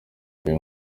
uyu